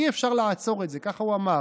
אי-אפשר לעצור את זה, ככה הוא אמר.